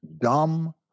dumb